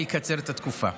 אני אקצר את התקופה.